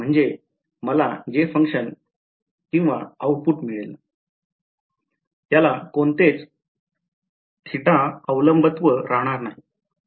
म्हणजे मला जे function किंवा आउटपुट मिळेल त्याला कोणतेच थिटा अवलंबत्व राहणार नाही